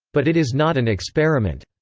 but it is not an experiment.